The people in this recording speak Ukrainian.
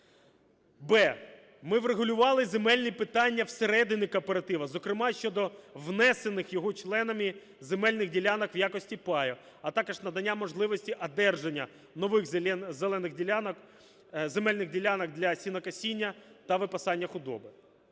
б) ми врегулювали земельні питання всередині кооперативу, зокрема щодо внесених його членами земельних ділянок в якості паю, а також надання можливості одержання нових земельних ділянок для сінокосіння та випасання худоби.